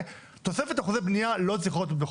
תוספת אחוזי בנייה לא צריכות בחוק.